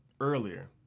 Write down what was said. earlier